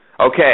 Okay